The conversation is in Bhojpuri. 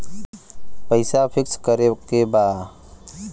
पैसा पिक्स करके बा?